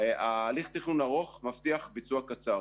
הליך תכנון ארוך מבטיח ביצוע קצר